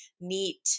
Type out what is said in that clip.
neat